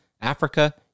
Africa